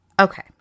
Okay